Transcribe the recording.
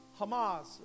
Hamas